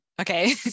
okay